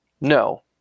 No